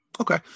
Okay